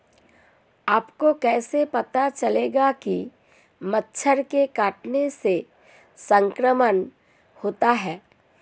आपको कैसे पता चलेगा कि मच्छर के काटने से संक्रमण होता है?